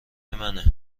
منه